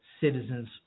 citizens